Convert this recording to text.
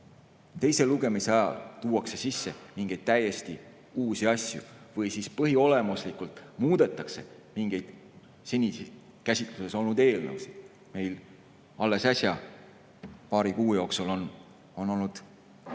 teise lugemise ajal tuuakse sisse mingeid täiesti uusi asju või põhiolemuslikult muudetakse mingeid seniseid käsitluses olnud eelnõusid. Meil on alles äsja, paari kuu jooksul olnud